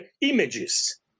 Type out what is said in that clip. images